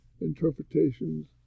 interpretations